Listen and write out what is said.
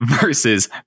versus